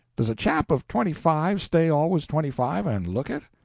does a chap of twenty-five stay always twenty-five, and look it?